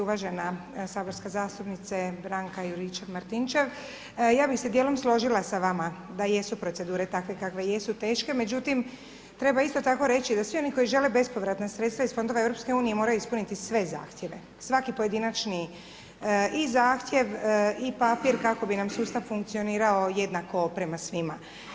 Uvažena saborska zastupnice Branka Juričev-Martinčev, ja bih se dijelom složila s vama da jesu procedure takve kakve jesu, teške, međutim, treba isto tako reći da svi oni žele bespovratna sredstva iz fondova EU moraju ispuniti sve zahtjeve, svaki pojedinačni i zahtjev i papir kako bi nam sustav funkcionirao jednako prema svima.